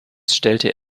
stellte